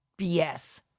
BS